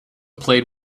played